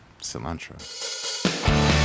cilantro